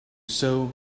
sow